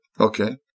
Okay